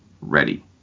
ready